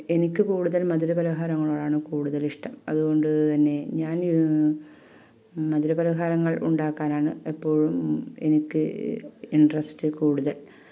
എനിക്ക് കൂടുതൽ മധുര പലഹാരങ്ങളോടാണ് കൂടുതൽ ഇഷ്ടം അതുകൊണ്ട് തന്നെ ഞാൻ മധുര പലഹാരങ്ങൾ ഉണ്ടാക്കാനാണ് എപ്പോഴും എനിക്ക് ഇൻട്രസ്റ്റ് കൂടുതൽ